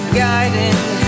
guiding